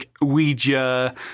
Ouija